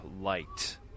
light